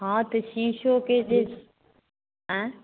हँ तऽ शीशोके जे आँइ